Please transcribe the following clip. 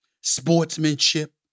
Sportsmanship